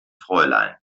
fräulein